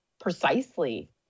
precisely